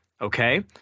okay